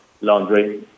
laundry